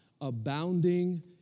abounding